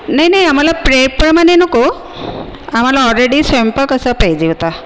नाही नाही आम्हाला प्रेट प्रमाणे नको आम्हाला ऑलरेडी स्वैंपाक असा पाहिजे होता